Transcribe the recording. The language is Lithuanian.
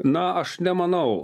na aš nemanau